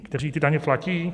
Kteří ty daně platí?